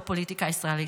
בפוליטיקה הישראלית.